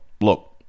look